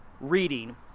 reading